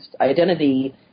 identity